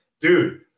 dude